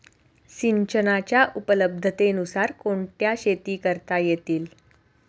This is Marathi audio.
सिंचनाच्या उपलब्धतेनुसार कोणत्या शेती करता येतील?